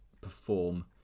perform